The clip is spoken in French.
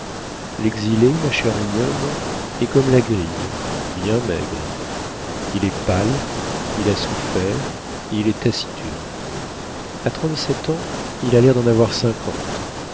l'exilé ma chère mignonne est comme la grille bien maigre il est pâle il a souffert il est taciturne a trente-sept ans il a l'air d'en avoir cinquante